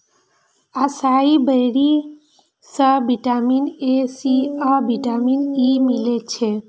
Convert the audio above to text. असाई berry सं vitamin A, C आ vitamin E मिलै छै